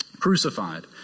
Crucified